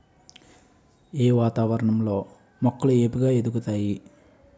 ఏ వాతావరణం లో మొక్కలు ఏపుగ ఎదుగుతాయి?